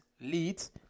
Leads